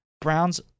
Browns